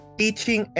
teaching